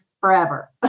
forever